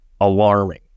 alarming